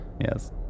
Yes